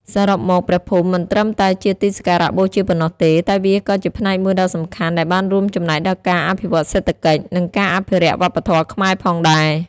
សរុបមក ព្រះភូមិមិនត្រឹមតែជាទីសក្ការៈបូជាប៉ុណ្ណោះទេ តែវាក៏ជាផ្នែកមួយដ៏សំខាន់ដែលបានរួមចំណែកដល់ការអភិវឌ្ឍសេដ្ឋកិច្ច និងការអភិរក្សវប្បធម៌ខ្មែរផងដែរ។